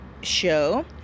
show